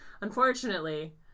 unfortunately